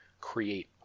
create